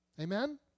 Amen